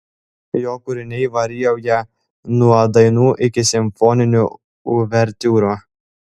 jo kūriniai varijuoja nuo dainų iki simfoninių uvertiūrų